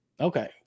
Okay